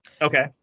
Okay